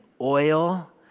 oil